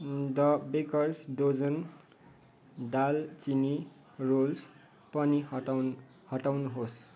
the baker's dozen दालचिनी rolls पनि हटाउनु हटाउनुहोस्